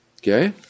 Okay